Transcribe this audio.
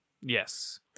Yes